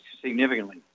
significantly